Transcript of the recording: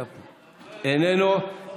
איננו.